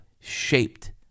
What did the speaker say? shaped